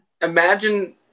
Imagine